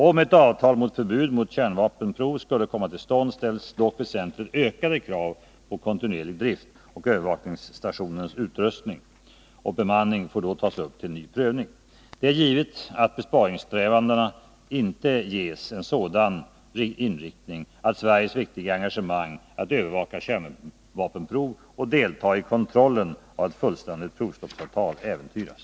Om ett avtal om förbud mot kärnvapenprov skulle komma till stånd, ställs dock väsentligt ökade krav på kontinuerlig drift, och övervakningsstationens utrustning och bemanning får då tas upp till ny prövning. Det är givet att besparingssträvandena inte ges en sådan inriktning, att Sveriges viktiga engagemang att övervaka kärnvapenprov och delta i kontrollen av ett fullständigt provstoppsavtal äventyras.